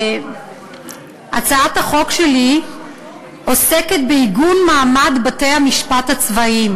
הצעת החוק שלי עוסקת בעיגון מעמד בתי-המשפט הצבאיים.